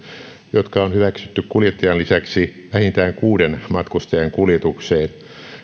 jotka on hyväksytty kuljettajan lisäksi vähintään kuuden matkustajan kuljetukseen